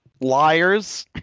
liars